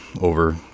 over